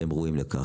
והם ראויים ליותר.